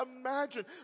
imagine